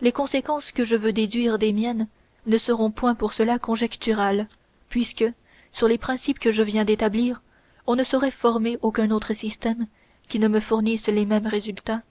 les conséquences que je veux déduire des miennes ne seront point pour cela conjecturales puisque sur les principes que je viens d'établir on ne saurait former aucun autre système qui ne me fournisse les mêmes résultats